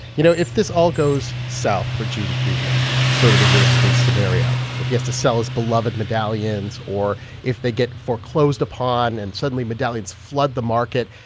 you know, if this all goes south for gene freidman, if it's sort of the worst-case scenario, if he has to sell his beloved medallions or if they get foreclosed upon and suddenly medallions flood the market,